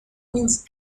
means